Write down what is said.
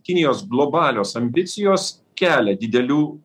kinijos globalios ambicijos kelia didelių